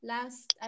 Last